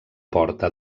porta